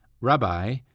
Rabbi